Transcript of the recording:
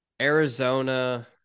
Arizona